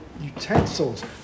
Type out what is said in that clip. utensils